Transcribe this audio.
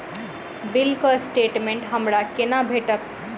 बिलक स्टेटमेंट हमरा केना भेटत?